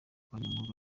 abanyamwuga